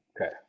okay